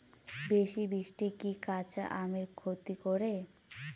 বেশি বৃষ্টি কি কাঁচা আমের ক্ষতি করে?